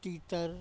तीतर